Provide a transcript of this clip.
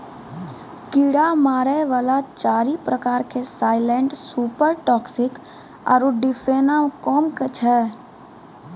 कीड़ा मारै वाला चारि प्रकार के साइलेंट सुपर टॉक्सिक आरु डिफेनाकौम छै